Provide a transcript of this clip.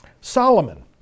Solomon